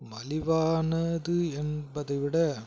மலிவானது என்பதை விட